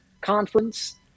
conference